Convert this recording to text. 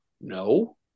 No